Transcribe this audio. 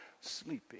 sleeping